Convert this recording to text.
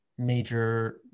major